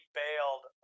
bailed